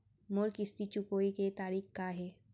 मोर किस्ती चुकोय के तारीक का हे?